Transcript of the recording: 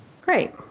great